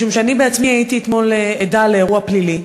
משום שאני בעצמי הייתי אתמול עדה לאירוע פלילי,